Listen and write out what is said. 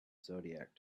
zodiac